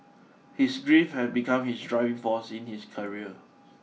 his grief had become his driving force in his career